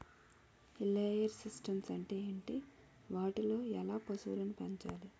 Layer systems అంటే ఏంటి? వాటిలో ఎలా పశువులను పెంచాలి?